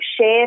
share